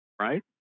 right